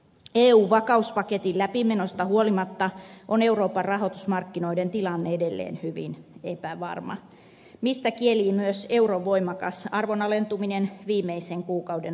eun vakauspaketin läpimenosta huolimatta on euroopan rahoitusmarkkinoiden tilanne edelleen hyvin epävarma mistä kielii myös euron voimakas arvon alentuminen viimeisen kuukauden aikana